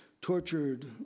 tortured